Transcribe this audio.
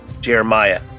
Jeremiah